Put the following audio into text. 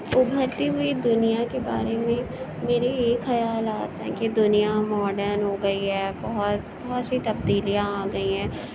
ابھرتی ہوئی دنیا کے بارے میں میرے یہ خیالات ہیں کہ دنیا ماڈن ہو گئی ہے بہت بہت سی تبدیلیاں آ گئی ہیں